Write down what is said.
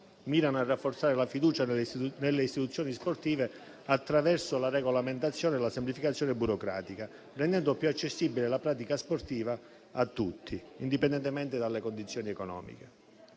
mirano a rafforzare la fiducia nelle istituzioni sportive attraverso la regolamentazione e la semplificazione burocratica, rendendo più accessibile la pratica sportiva a tutti, indipendentemente dalle condizioni economiche.